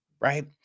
right